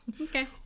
Okay